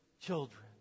children